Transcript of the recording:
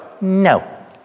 No